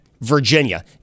Virginia